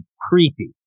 creepy